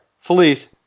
felice